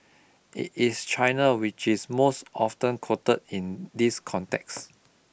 it is China which is most often quoted in this context